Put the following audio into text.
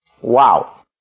Wow